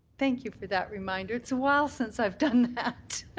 thank you for that reminder. it's a while since i've done